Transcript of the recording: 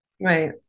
Right